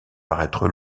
paraître